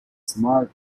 small